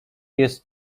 jest